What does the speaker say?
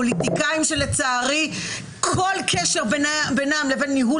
פוליטיקאים שלצערי כל קשר ביניהם לבין ניהול